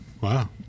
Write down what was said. Wow